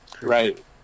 Right